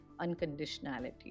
unconditionality